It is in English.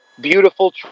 beautiful